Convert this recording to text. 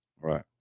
Right